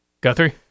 Guthrie